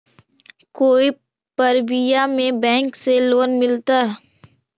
कोई परबिया में बैंक से लोन मिलतय?